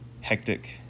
hectic